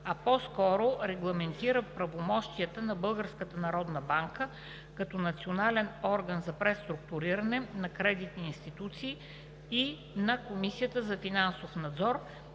а по скоро регламентира правомощията на Българската народна банка като национален орган за преструктуриране на кредитни институции и на Комисията за финансов надзор